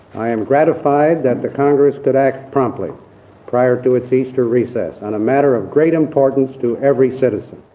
i am gratified that the congress did act promptly prior to to easter recess. and a matter of great importance to every citizen